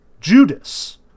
Judas